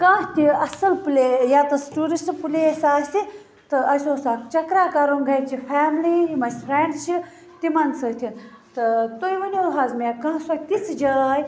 کانٛہہ تہِ اصٕل پُلے ییٚتس ٹوٗرِسٹہٕ پُلیس آسہِ تہٕ اَسہِ اوس تتھ چَکرا کَرُن گَرچہِ فیملی یِم اَسہِ فرٛینٛڈس چھِ تِمَن سۭتی تہٕ تُہۍ ؤنو حظ مےٚ کانٛہہ سۄ تِژھ جاے